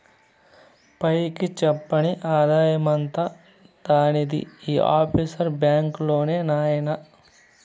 పైకి చెప్పని ఆదాయమంతా దానిది ఈ ఆఫ్షోర్ బాంక్ లోనే నాయినా